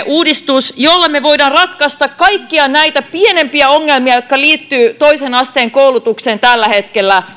uudistuksen jolla me voimme kertaheitolla ratkaista kaikkia näitä pienempiä ongelmia jotka liittyvät toisen asteen koulutukseen tällä hetkellä